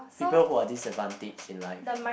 people who are disadvantage in life